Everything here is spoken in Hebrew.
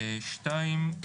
שתיים,